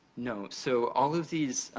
no, so, all of these,